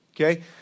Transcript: okay